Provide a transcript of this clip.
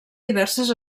diverses